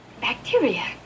bacteria